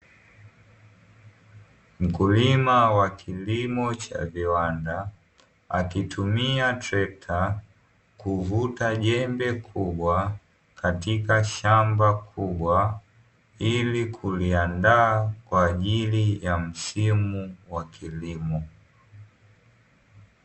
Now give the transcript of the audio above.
Mkulima wa kilimo cha viwanda akitumia trekta kuvuta jembe kubwa, katika shamba kubwa ili kuliandaa kwaajili ya msimu wa kilimo.